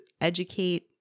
educate